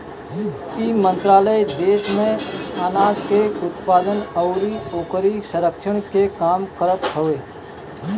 इ मंत्रालय देस में आनाज के उत्पादन अउरी ओकरी संरक्षण के काम करत हवे